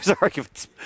arguments